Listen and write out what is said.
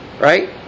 Right